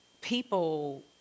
people